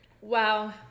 Wow